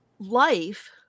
Life